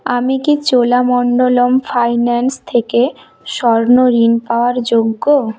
আমি কি চোলামণ্ডলম ফাইন্যান্স থেকে স্বর্ণ ঋণ পাওয়ার যোগ্য